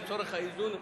לצורך האיזון,